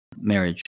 marriage